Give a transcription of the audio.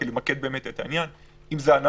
אם זה אנחנו